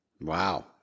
Wow